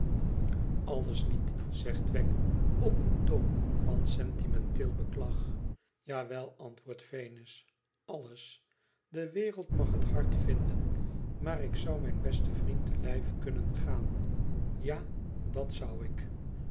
alles niet zegt wegg op een toon van sentimenteel beklag ja wel antwoordt venus alles de wereld mag het hard vinden maar ik zou mijn besten vriend te lijf kunnen gaan ja dat zou ik